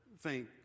Thank